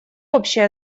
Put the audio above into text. общая